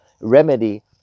remedy